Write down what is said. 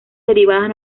derivadas